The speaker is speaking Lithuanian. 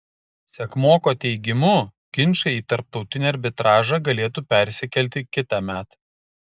sekmoko teigimu ginčai į tarptautinį arbitražą galėtų persikelti kitąmet